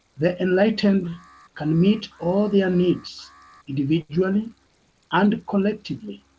the enlightened can meet all their needs individually and collectively,